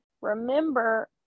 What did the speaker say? remember